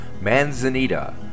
Manzanita